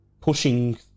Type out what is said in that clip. pushing